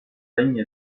regni